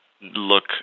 look